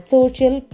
Social